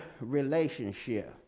relationship